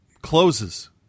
closes